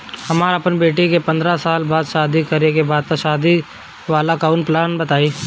हमरा अपना बेटी के पंद्रह साल बाद शादी करे के बा त शादी वाला कऊनो प्लान बताई?